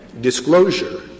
disclosure